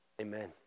amen